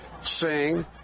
sing